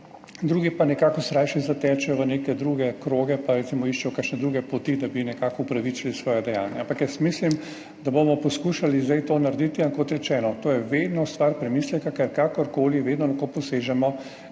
drugi pa se rajši zatečejo v neke druge kroge pa recimo iščejo kakšne druge poti, da bi opravičili svoja dejanja. Ampak mislim, da bomo poskušali zdaj to narediti. In kot rečeno, to je vedno stvar premisleka, ker kakorkoli, vedno lahko posežemo